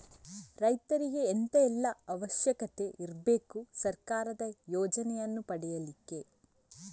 ರೈತರಿಗೆ ಎಂತ ಎಲ್ಲಾ ಅವಶ್ಯಕತೆ ಇರ್ಬೇಕು ಸರ್ಕಾರದ ಯೋಜನೆಯನ್ನು ಪಡೆಲಿಕ್ಕೆ?